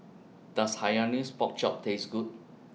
Does Hainanese Pork Chop Taste Good